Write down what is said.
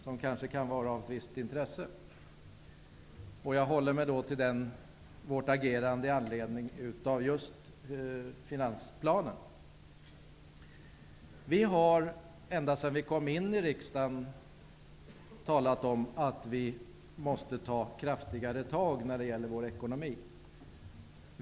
Det kan kanske vara av ett visst intresse. Jag håller mig då till vårt agerande i anledning av just finansplanen. Vi har ända sedan vi kom in i riksdagen talat om att vi måste ta kraftigare tag när det gäller vår ekonomi.